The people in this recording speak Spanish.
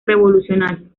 revolucionario